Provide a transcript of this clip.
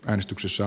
äänestyksessä